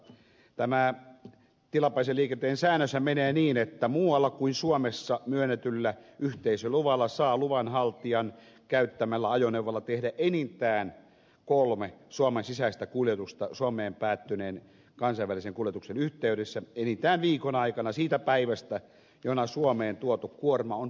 tämä tilapäisen liikenteen säännöshän menee niin että muualla kuin suomessa myönnetyllä yhteisöluvalla saa luvanhaltijan käyttämällä ajoneuvolla tehdä enintään kolmen suomen sisäistä kuljetusta suomeen päättyneen kansainvälisen kuljetuksen yhteydessä enintään viikon aikana siitä päivästä jona suomeen tuotu kuorma on